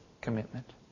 commitment